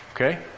Okay